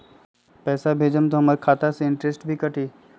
पैसा भेजम त हमर खाता से इनटेशट भी कटी?